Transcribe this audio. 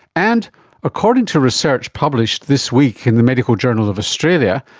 and according to research published this week in the medical journal of australia,